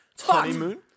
Honeymoon